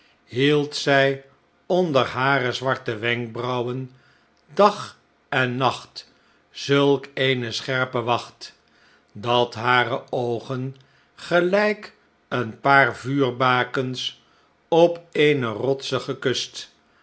hield zij onder hare zwarte wenkbrauwen dag en nacht zulk eene scherpe wacht dat hare oogen gelijk een paar vuurbakens op eene rotsige kust